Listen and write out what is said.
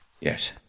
Yes